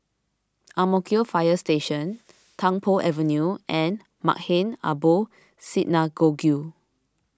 Ang Mo Kio Fire Station Tung Po Avenue and Maghain Aboth Synagogue